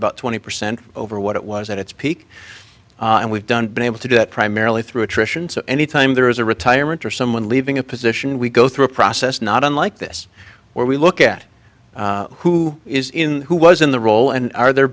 about twenty percent over what it was at its peak and we've done been able to do that primarily through attrition so anytime there is a retirement or someone leaving a position we go through a process not unlike this where we look at who is in who was in the role and are the